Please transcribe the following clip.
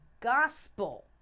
gospel